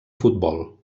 futbol